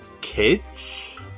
Kids